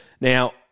Now